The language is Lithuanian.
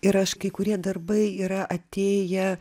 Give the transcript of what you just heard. ir aš kai kurie darbai yra atėję